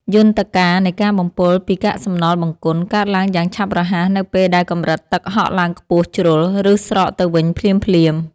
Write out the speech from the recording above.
យន្តការនៃការបំពុលពីកាកសំណល់បង្គន់ កើតឡើងយ៉ាងឆាប់រហ័សនៅពេលដែលកម្រិតទឹកហក់ឡើងខ្ពស់ជ្រុល ឬស្រកទៅវិញភ្លាមៗ។